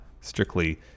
strictly